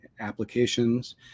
applications